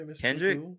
Kendrick